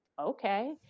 okay